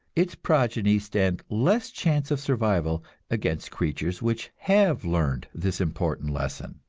its progeny stand less chance of survival against creatures which have learned this important lesson.